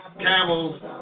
camels